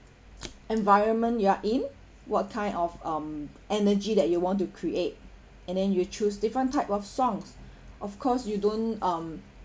environment you are in what kind of um energy that you want to create and then you choose different type of songs of course you don't um